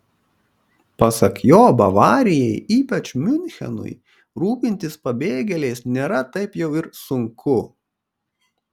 pasak jo bavarijai ypač miunchenui rūpintis pabėgėliais nėra taip jau ir sunku